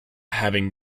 having